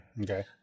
Okay